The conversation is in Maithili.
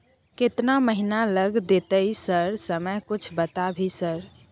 केतना महीना लग देतै सर समय कुछ बता भी सर?